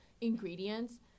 ingredients